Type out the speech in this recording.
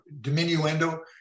diminuendo